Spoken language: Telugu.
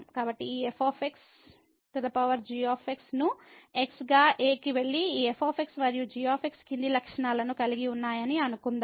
కాబట్టి ఈ f g ను x గా a కి వెళ్లి ఈ f మరియు g కింది లక్షణాలను కలిగి ఉన్నాయని అనుకుందాం